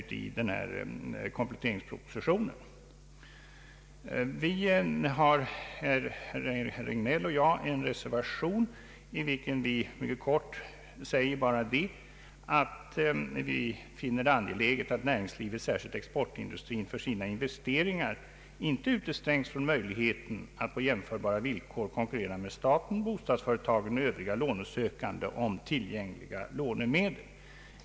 Herr Regnéll och jag har vid bankoutskottets utlåtande fogat en reservation, i vilken vi mycket kortfattat anför att vi ”finner det angeläget att näringslivet, särskilt exportindustrin, för sina investeringar inte utestängs från möjligheten att på jämförbara villkor konkurrera med staten, bostadsföretagen och övriga lånesökande om tillgängliga lånemedel”.